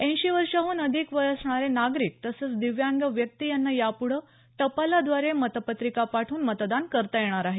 ऐंशीवर्षांहन अधिक वय असणारे नागरिक तसंच दिव्यांग व्यक्ती यांना यापुढं टपालाद्वारे मतपत्रिका पाठवून मतदान करता येणार आहे